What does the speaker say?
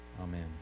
Amen